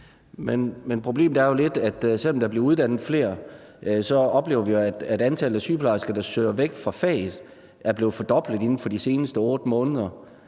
Men problemet er jo lidt, at selv om der bliver uddannet flere, oplever vi, at antallet af sygeplejersker, der søger væk fra faget, er blevet fordoblet inden for de seneste 8 måneder.